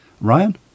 Ryan